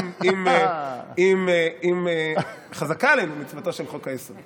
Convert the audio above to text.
אם חזקה עלינו מצוותו של חוק-היסוד.